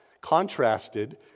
contrasted